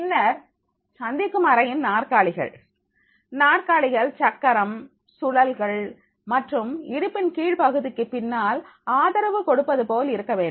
பின்னர் சந்திக்கும் அறையின் நாற்காலிகள் நாற்காலிகளில் சக்கரம் சூழல்கள் மற்றும் இடுப்பின் கீழ்ப் பகுதிக்கு பின்னால் ஆதரவு கொடுப்பது போல் இருக்க வேண்டும்